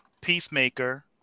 Peacemaker